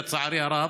לצערי הרב,